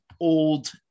old